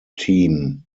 team